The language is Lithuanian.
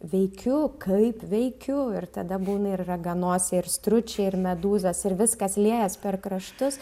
veikiu kaip veikiu ir tada būna ir raganosiai ir stručiai ir medūzos ir viskas liejas per kraštus